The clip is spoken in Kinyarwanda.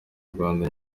rwanda